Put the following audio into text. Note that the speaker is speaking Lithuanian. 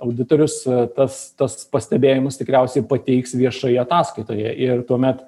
auditorius tas tas pastebėjimus tikriausiai pateiks viešoje ataskaitoje ir tuomet